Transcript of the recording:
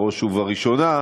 בראש ובראשונה,